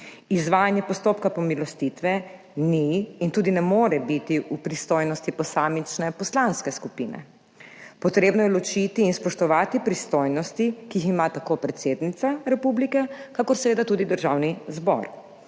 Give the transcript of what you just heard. Izvajanje postopka pomilostitve ni in tudi ne more biti v pristojnosti posamične poslanske skupine. Potrebno je ločiti in spoštovati pristojnosti, ki jih ima tako predsednica republike, kakor seveda tudi Državni zbor.